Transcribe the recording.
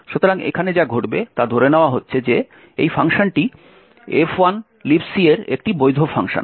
সুতরাং এখানে যা ঘটবে তা ধরে নেওয়া হচ্ছে যে এই ফাংশনটি F1 Libc এর একটি বৈধ ফাংশন